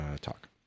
talk